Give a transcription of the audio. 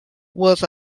was